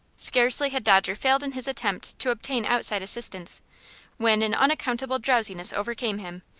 scarcely had dodger failed in his attempt to obtain outside assistance when an unaccountable drowsiness overcame him,